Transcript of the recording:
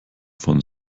von